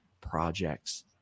projects